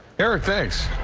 eric, thanks.